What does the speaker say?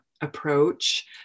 approach